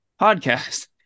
podcast